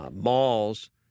malls